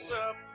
up